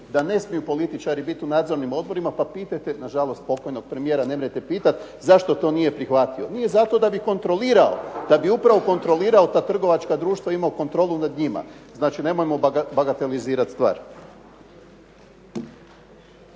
da ne smiju političari biti u nadzornim odborima pa pitajte, nažalost pokojnog premijera nemrete pitat zašto to nije prihvatio. Nije zato da bi kontrolirao, da bi upravo kontrolirao ta trgovačka društva i imao kontrolu nad njih. Znači, nemojmo bagatelizirat stvar.